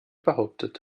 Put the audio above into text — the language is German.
behauptet